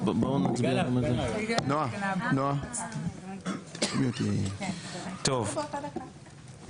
בוועדת החוקה, חוק ומשפט: לסיעת הליכוד